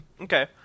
Okay